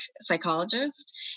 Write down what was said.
psychologist